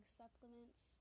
supplements